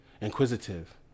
inquisitive